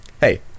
Hey